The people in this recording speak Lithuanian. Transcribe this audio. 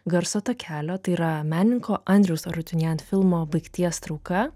garso takelio tai yra menininko andriaus arutinjant filmo baigties trauka